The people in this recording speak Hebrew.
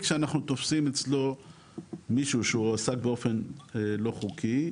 שאנחנו תופסים אצלו מישהו שהועסק באופן לא חוקי,